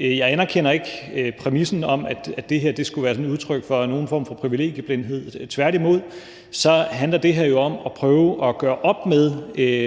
jeg anerkender ikke præmissen om, at det her skulle være nogen form for privilegieblindhed. Tværtimod handler det her jo om at prøve at gøre op med